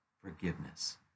forgiveness